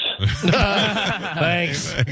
Thanks